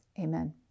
Amen